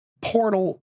portal